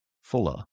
Fuller